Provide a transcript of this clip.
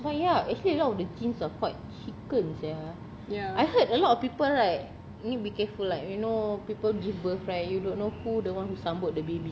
but ya actually a lot of the jins are quite chicken sia I heard a lot of people right need to be careful like you know people give birth right you don't know who the one who sambut the baby